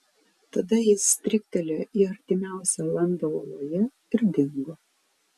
tada jis stryktelėjo į artimiausią landą uoloje ir dingo